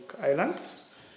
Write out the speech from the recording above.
islands